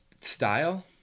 style